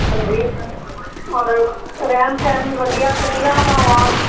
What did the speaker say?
ਹਾਂਜੀ ਔਰ ਰਹਿਣ ਸਹਿਣ ਵਧੀਆ ਖੁੱਲ੍ਹੀਆਂ ਹਵਾਵਾਂ